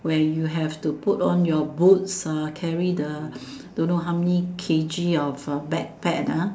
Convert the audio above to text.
where you have to put on your boots ah carry the don't know how many K_G of the back panda